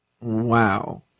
Wow